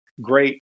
great